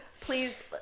Please